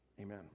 Amen